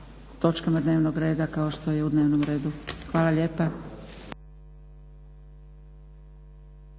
točkama dnevnog reda kao što je u dnevnom redu. Hvala lijepa.